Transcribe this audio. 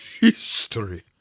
history